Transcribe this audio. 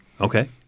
Okay